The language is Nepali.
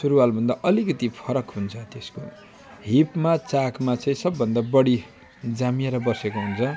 सुरुवाल भन्दा अलिकति फरक हुन्छ त्यसको हिपमा चाकमा चाहिँ सब भन्दा बढी जामिएर बसेको हुन्छ